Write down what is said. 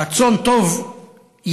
רצון טוב יש,